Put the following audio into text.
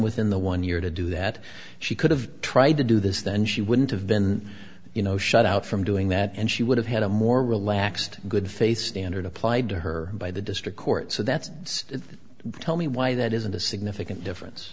within the one year to do that she could have tried to do this then she wouldn't have been you know shut out from doing that and she would have had a more relaxed good face standard applied to her by the district court so that's so tell me why that isn't a significant difference